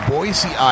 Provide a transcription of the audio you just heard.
Boise